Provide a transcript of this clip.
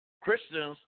Christians